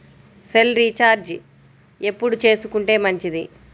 Cell recharge ఎప్పుడు చేసుకొంటే మంచిది?